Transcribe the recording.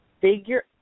Figure